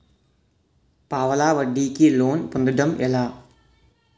పావలా వడ్డీ కి లోన్ పొందటం ఎలా?